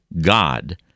God